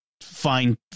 fine